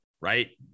right